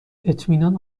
اطمینان